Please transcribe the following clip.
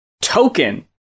Token